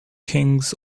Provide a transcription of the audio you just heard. kings